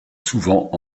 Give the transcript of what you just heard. souvent